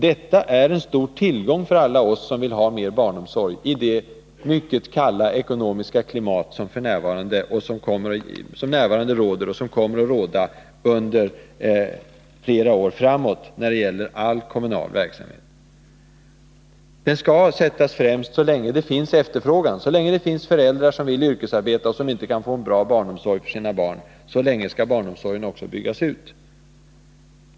Detta är en stor tillgång för alla oss som vill ha mer barnomsorg i det mycket kalla ekonomiska klimat som f. n. råder och som kommer att råda under flera år framåt när det gäller all kommunal verksamhet. Barnomsorgen skall sättas främst så länge det finns efterfrågan. Så länge det finns föräldrar som vill yrkesarbeta och som inte kan få en bra barnomsorg för sina barn skall barnomsorgen också byggas ut.